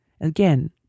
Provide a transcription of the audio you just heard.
Again